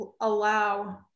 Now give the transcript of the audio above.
allow